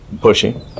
pushing